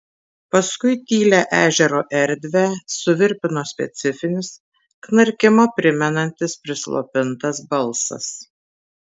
paskui tylią ežero erdvę suvirpino specifinis knarkimą primenantis prislopintas balsas